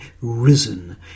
risen